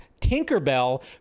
Tinkerbell